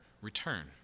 return